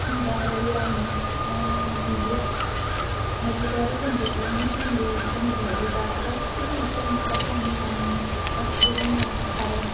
दा आरो लाइन मोब्लिब मोब्लिबारि बिजोंनि सोमोन्दै होनोब्लाबो दा गासिबो न'खर न'खर गामि गामि गासैबो जोंहा कारेन